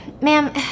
Ma'am